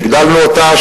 הגדלנו אותה,